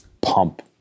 pump